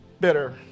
bitter